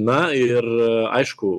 na ir aišku